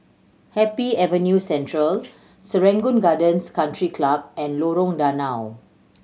Happy Avenue Central Serangoon Gardens Country Club and Lorong Danau